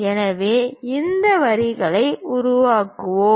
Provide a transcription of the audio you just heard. எனவே இந்த வரிகளை விரிவாக்குவோம்